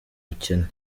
bukene